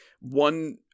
One